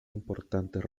importantes